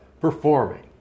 performing